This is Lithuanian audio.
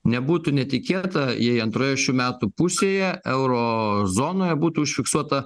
nebūtų netikėta jei antroje šių metų pusėje euro zonoje būtų užfiksuota